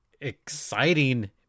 exciting